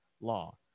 law